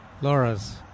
Laura's